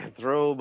throw